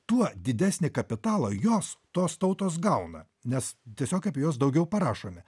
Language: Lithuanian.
tuo didesnį kapitalą jos tos tautos gauna nes tiesiog apie juos daugiau parašome